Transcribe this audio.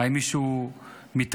האם מישהו מתארגן.